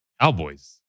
Cowboys